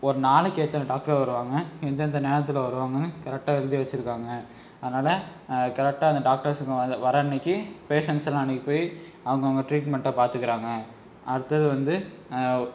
ஒரு நாளைக்கு எத்தனை டாக்டர் வருவாங்க எந்தெந்த நேரத்தில் வருவாங்கனு கரெக்டாக எழுதி வச்சுருக்காங்க அதனால் கரெக்டாக அந்த டாக்டர்ஸுங்க வந்து வர அன்றைக்கி பேஷண்ட்ஸ்ஸெல்லாம் அனுப்பி அவங்கவங்கள் ட்ரீட்மென்ட்டை பார்த்துக்கறாங்க அடுத்தது வந்து